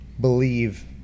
believe